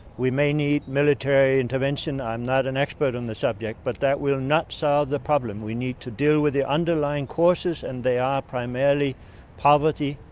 we may need military intervention, i'm not an expert on the subject, but that will not solve the problem. we need to deal with the underlying causes and they are primarily poverty,